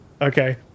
Okay